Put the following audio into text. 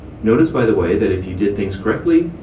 notice by the way that if you did things correctly,